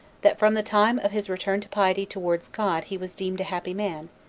that from the time of his return to piety towards god he was deemed a happy man,